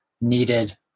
needed